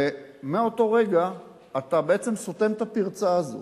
ומאותו רגע אתה בעצם סותם את הפרצה הזאת.